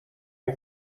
این